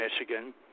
Michigan